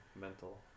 mental